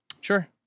Sure